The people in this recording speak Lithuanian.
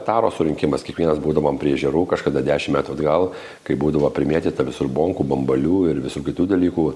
taros surinkimas kiekvienas būdavom prie ežerų kažkada dešim metų atgal kai būdavo primėtyta visur bonkų bambalių ir visų kitų dalykų